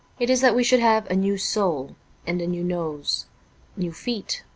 it is that we should have a new soul and a new nose new feet,